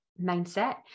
mindset